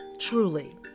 Truly